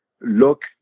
look